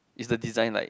is the design like